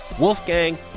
Wolfgang